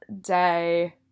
day